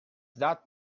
that